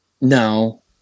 No